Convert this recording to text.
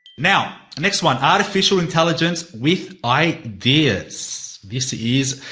now, next one! artificial intelligence with ideas, this is,